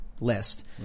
list